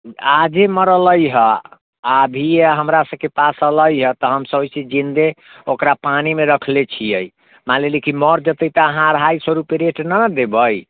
आज ही मारले है अभिये हमरा सभके पास एलै हैं तऽ हम सभ ओकरा जिन्दे पानिमे रखले छियै मानि लिअ लेकिन कि मर जेतै तऽ अहाँ अढ़ाइ सए रुपये रेट न न देबै